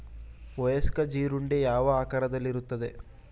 ವಯಸ್ಕ ಜೀರುಂಡೆ ಯಾವ ಆಕಾರದಲ್ಲಿರುತ್ತದೆ?